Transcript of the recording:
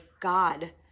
God